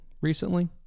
recently